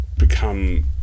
become